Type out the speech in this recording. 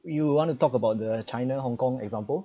you want to talk about the china hong kong example